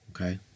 Okay